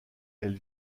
elle